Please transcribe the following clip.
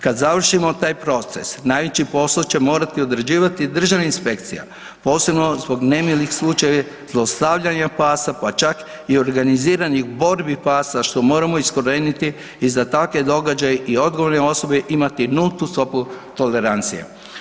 Kad završimo taj proces najveći poso će morati odrađivati državna inspekcija, posebno zbog nemilih slučaja zlostavljanja pasa, pa čak i organiziranih borbi pasa, što moramo iskorijeniti i za takve događaje i odgovorne osobe imati nultu stopu tolerancije.